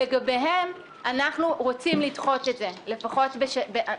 לגביהם אנחנו רוצים לדחות את זה בשנתיים